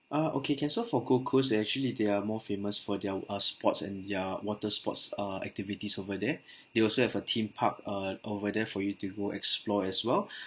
ah okay can so for gold coast actually they are more famous for their uh sports and their water sports uh activities over there they also have a theme park uh over there for you to go explore as well